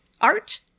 Art